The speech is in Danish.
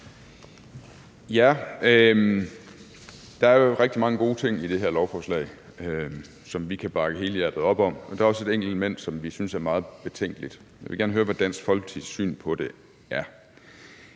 Der er jo rigtig mange gode ting i det her lovforslag, som vi kan bakke helhjertet op om, men der er også et enkelt element, som vi synes er meget betænkeligt. Jeg vil gerne høre, hvad Dansk Folkepartis syn på det er.